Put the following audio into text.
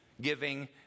giving